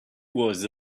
was